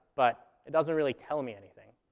but it doesn't really tell me anything.